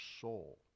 soul